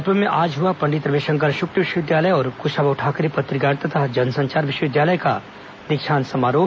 रायपुर में आज हुआ पंडित रविशंकर शुक्ल विश्वविद्यालय और क्शाभाऊ ठाकरे पत्रकारिता तथा जनसंचार विश्वविद्यालय का दीक्षांत समारोह